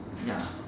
ya